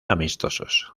amistosos